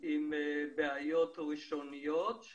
עם בעיות ראשוניות.